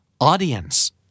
Audience